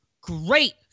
great